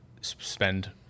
spend